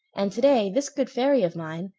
and today this good fairy of mine,